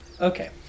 Okay